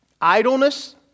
Idleness